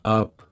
up